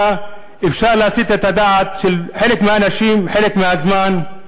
אפשר להסיט את הדעת של אנשים חלק מהאנשים חלק מהזמן,